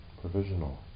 provisional